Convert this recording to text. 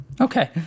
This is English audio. Okay